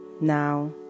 Now